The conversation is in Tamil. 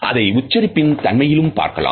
அதை உச்சரிப்பின் தன்மையிலும் பார்க்கலாம்